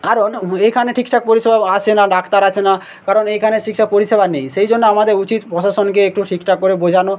কারণ এইখানে ঠিকঠাক পরিষেবাও আসে না ডাক্তার আসে না কারণ এইখানে ঠিকঠাক পরিষেবা নেই সেই জন্য আমাদের উচিত প্রশাসনকে একটু ঠিকঠাক করে বোঝানো